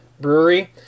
Brewery